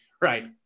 right